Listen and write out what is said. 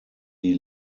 die